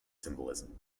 symbolism